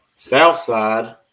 Southside